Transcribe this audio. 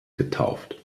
getauft